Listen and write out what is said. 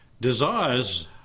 Desires